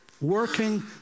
working